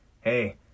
hey